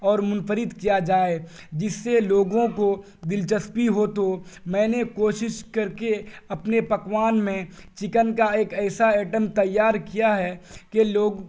اور منفرد کیا جائے جس سے لوگوں کو دلچسپی ہو تو میں نے کوشش کر کے اپنے پکوان میں چکن کا ایک ایسا آئٹم تیار کیا ہے کہ لوگ